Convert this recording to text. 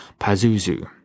Pazuzu